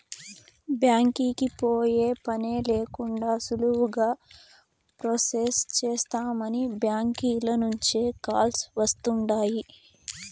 బ్యాంకీకి పోయే పనే లేకండా సులువుగా ప్రొసెస్ చేస్తామని బ్యాంకీల నుంచే కాల్స్ వస్తుండాయ్